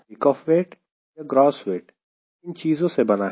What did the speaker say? take off weight या gross weight किन चीजों से बना है